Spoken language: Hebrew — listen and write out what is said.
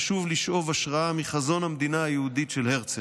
חשוב לשאוב השראה מחזון המדינה היהודית של הרצל,